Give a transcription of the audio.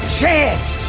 chance